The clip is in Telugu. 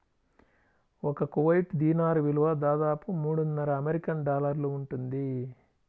ఒక కువైట్ దీనార్ విలువ దాదాపు మూడున్నర అమెరికన్ డాలర్లు ఉంటుంది